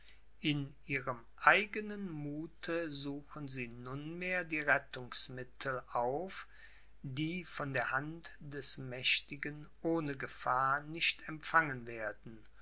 in ihrem eigenen muthe suchen sie nunmehr die rettungsmittel auf die von der hand des mächtigen ohne gefahr nicht empfangen werden